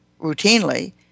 routinely